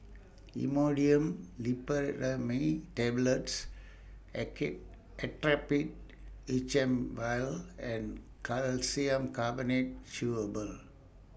Imodium Loperamide Tablets Actrapid H M Vial and Calcium Carbonate Chewable